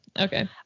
okay